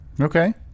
Okay